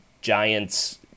Giants